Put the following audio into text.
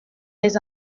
les